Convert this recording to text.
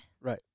Right